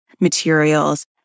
materials